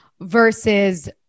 versus